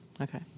okay